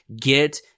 Get